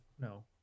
no